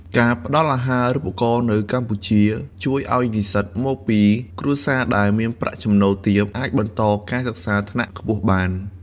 ការផ្តល់អាហារូបករណ៍នៅកម្ពុជា ជួយឱ្យនិស្សិតមកពីគ្រួសារដែលមានប្រាក់ចំណូលទាបអាចបន្តការសិក្សាថ្នាក់ខ្ពស់បាន។